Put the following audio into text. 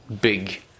big